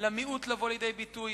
למיעוט לבוא לידי ביטוי,